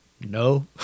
no